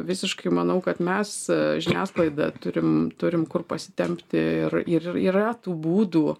visiškai manau kad mes žiniasklaida turim turim kur pasitempti ir ir yra tų būdų